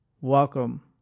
welcome